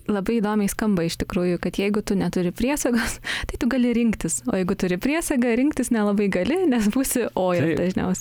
labai įdomiai skamba iš tikrųjų kad jeigu tu neturi priesagos tai tu gali rinktis o jeigu turi priesagą rinktis nelabai gali nes būsi oja dažniausia